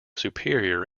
superior